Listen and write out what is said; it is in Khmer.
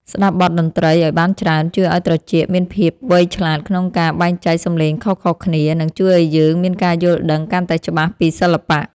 ស្ដាប់បទតន្ត្រីឱ្យបានច្រើនជួយឱ្យត្រចៀកមានភាពវៃឆ្លាតក្នុងការបែងចែកសម្លេងខុសៗគ្នា និងជួយឱ្យយើងមានការយល់ដឹងកាន់តែច្បាស់ពីសិល្បៈ។